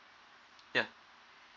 yeah